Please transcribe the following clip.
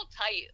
tight